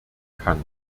kann